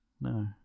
No